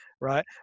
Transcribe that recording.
right